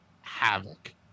havoc